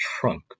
trunk